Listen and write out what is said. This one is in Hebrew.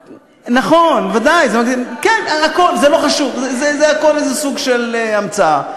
נכון, כן, זה לא חשוב, הכול זה סוג של המצאה.